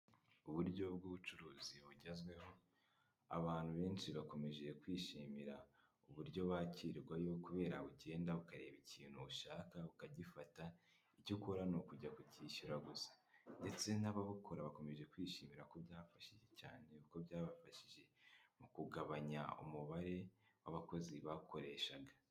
Uburyo bw'ubucuruzi bugezweho abantu benshi bakomeje kwishimira uburyo bakirwayo kubera bugenda bu ukareba ikintu ushaka ukagifata icyo ukora ni ukujya kucyishyura gusa, ndetse n'ababukora bakomeje kwishimira ko byamfashije cyane uko byabafashije mu kugabanya umubare w'abakozi bakoreshaga.